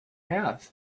have